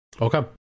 okay